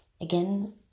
Again